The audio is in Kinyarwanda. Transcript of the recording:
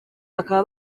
bakaba